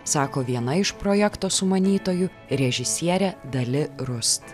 sako viena iš projekto sumanytojų režisierė dali rust